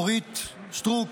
אורית סטרוק,